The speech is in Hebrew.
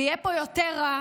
ויהיה פה יותר רע,